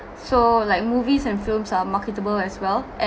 so like movies and films are marketable as well and